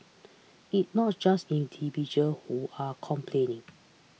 it not just individual who are complaining